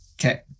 Okay